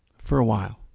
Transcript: for a while.